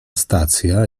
stacja